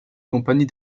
compagnie